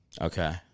Okay